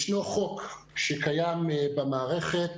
ישנו חוק שקיים במערכת